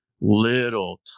little